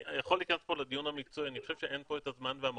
אני יכול להיכנס פה לדיון המקצועי אבל אני חושב שאין פה את הזמן והמקום.